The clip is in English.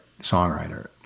songwriter